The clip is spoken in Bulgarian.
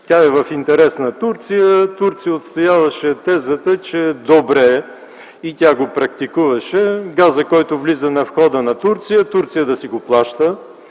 Тя е в интерес на Турция. Турция отстояваше тезата, че е добре – и тя го практикуваше, газта, която влиза на входа на Турция, Турция да си я плаща,